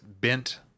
bent